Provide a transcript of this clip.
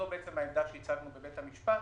זאת העמדה שהצגנו בבית המשפט.